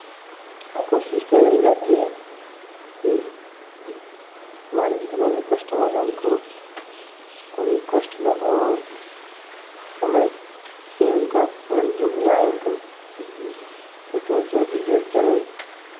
हाँ कोशिश तो यही रहती है कि हम हमारे जितने भी कस्टमर हैं उनको कोई कष्ट ना हो और समय से उनका तुरंत जो भी आएँ उनको पेट्रोल चाहे डीजल चाहे